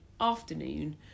afternoon